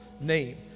name